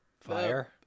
fire